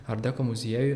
ar deko muziejui